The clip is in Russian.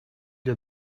для